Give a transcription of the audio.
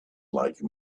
like